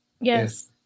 Yes